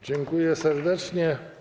Dziękuję serdecznie.